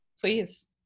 Please